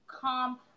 come